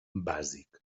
bàsic